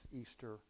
Easter